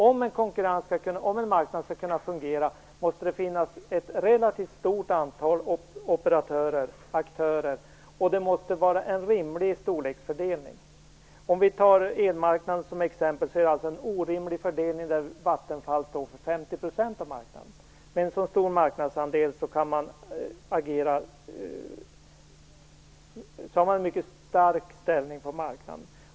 Om konkurrens på marknaden skall kunna fungera måste det finnas ett relativt stort antal aktörer, och det måste vara en rimlig storleksfördelning. Om vi tar elmarknaden som exempel är det en orimlig fördelning där Vattenfall står för 50 % av marknaden. Med en så stor marknadsandel har man en mycket stark ställning på marknaden.